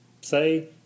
say